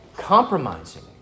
compromising